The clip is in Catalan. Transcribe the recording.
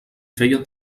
feia